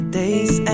day's